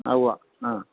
ആ ഉവ്വ ആ